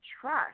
trust